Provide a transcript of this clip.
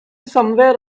somewhere